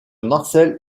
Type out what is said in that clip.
marcel